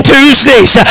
Tuesdays